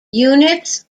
units